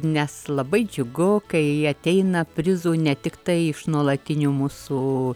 nes labai džiugu kai ateina prizų ne tiktai iš nuolatinių mūsų